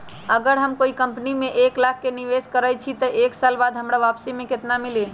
अगर हम कोई कंपनी में एक लाख के निवेस करईछी त एक साल बाद हमरा वापसी में केतना मिली?